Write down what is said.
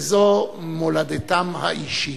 וזו מולדתם האישית.